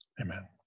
amen